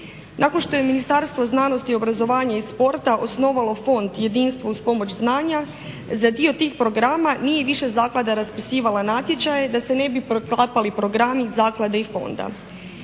Nakon što je Ministarstvo znanosti, obrazovanja i sporta osnovalo Fond "Jedinstvo uz pomoć znanja" za dio tih programa nije više zaklada raspisivala natječaji da se ne bi preklapali programi zaklade i fonda.